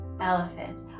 elephant